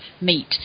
meet